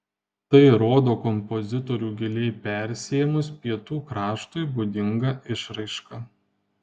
tai rodo kompozitorių giliai persiėmus pietų kraštui būdinga išraiška